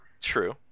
True